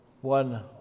One